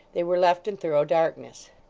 they were left in thorough darkness.